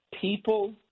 people